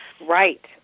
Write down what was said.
Right